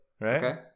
right